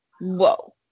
whoa